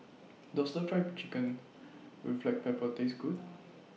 Does Stir Fried Chicken with Black Pepper Taste Good